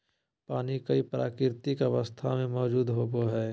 पानी कई प्राकृतिक अवस्था में मौजूद होबो हइ